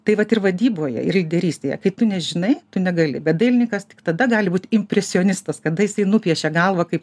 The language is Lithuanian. tai vat ir vadyboje ir lyderystėje kai tu nežinai tu negali bet dailininkas tik tada gali būt impresionistas kad jisai nupiešia galvą kaip